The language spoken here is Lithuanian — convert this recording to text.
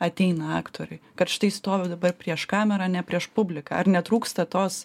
ateina aktoriui kad štai stovi dabar prieš kamerą ar ne prieš publiką ar netrūksta tos